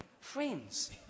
friends